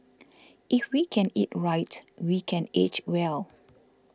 if we can eat right we can age well